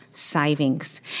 savings